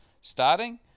starting